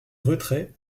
retraits